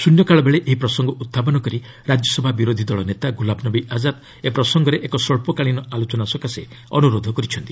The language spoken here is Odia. ଶୃନ୍ୟକାଳବେଳେ ଏହି ପ୍ରସଙ୍ଗ ଉତ୍ଥାପନ କରି ରାଜ୍ୟସଭା ବିରୋଧି ଦଳ ନେତା ଗୁଲାମ୍ ନବୀ ଆଜାଦ୍ ଏ ପ୍ରସଙ୍ଗରେ ଏକ ସ୍ୱଚ୍ଚକାଳୀନ ଆଲୋଚନା ସକାଶେ ଅନୁରୋଧ କରିଛନ୍ତି